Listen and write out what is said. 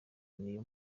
niyo